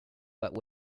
but